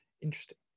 interesting